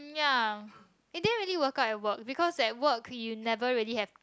ya and then really woke up and work because that work you never really have